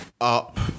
up